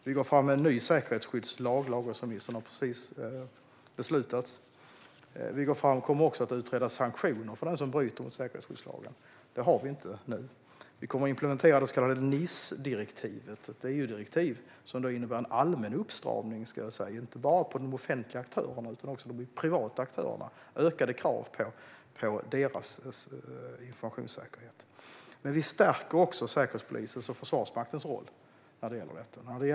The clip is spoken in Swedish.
Vi lägger fram en ny säkerhetsskyddslag; lagrådsremissen har precis beslutats. Vi kommer också att utreda sanktioner för den som bryter mot säkerhetsskyddslagen. Det har vi inte nu. Vi kommer att implementera det så kallade NIS-direktivet, ett EU-direktiv som innebär en allmän uppstramning, inte bara för de offentliga utan också för de privata aktörerna, och ökade krav på informationssäkerhet. Men vi stärker också Säkerhetspolisens och Försvarsmaktens roll i detta sammanhang.